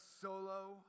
solo